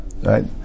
right